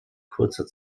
kurzer